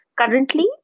Currently